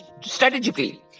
strategically